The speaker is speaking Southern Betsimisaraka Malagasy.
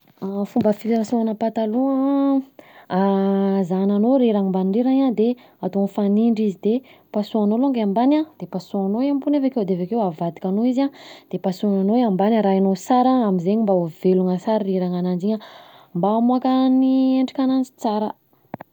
Ny fomba fipasohana pataloha an zahananao rirany mbany rirany de atao mifanindry izy de pasohanao longa ny ambany an, de pasohanao i ambony avekeo, de avekeo avadilka anao izy an, de pasohananao i ambany arahinao tsara am'zegny mba ho velona sara rirana ananjy iny an mba hamoaka ny endrika ananjy tsara.